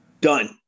Done